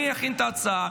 אני אכין את ההצעה,